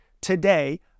Today